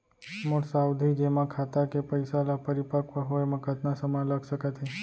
मोर सावधि जेमा खाता के पइसा ल परिपक्व होये म कतना समय लग सकत हे?